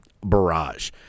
barrage